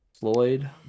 Floyd